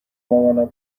مامانم